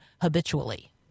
habitually